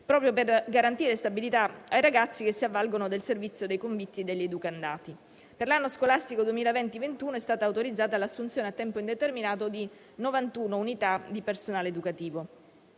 proprio per garantire stabilità ai ragazzi, che si avvalgono del servizio dei convitti e degli educandati. Per l'anno scolastico 2020-2021 è stata autorizzata l'assunzione a tempo indeterminato di 91 unità di personale educativo.